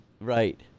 right